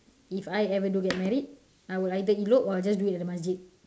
if I ever do get married I would either elope or I will just do it at the masjid